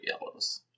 yellows